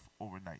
overnight